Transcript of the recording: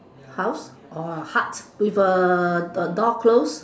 house or hut with a a door close